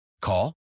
Call